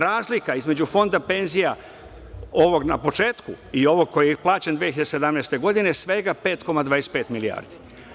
Razlika između fonda penzija ovog na početku i ovog koji je plaćen 2017. godine je svega 5,25 milijardi.